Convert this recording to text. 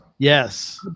Yes